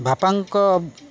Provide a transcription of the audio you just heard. ବାପାଙ୍କ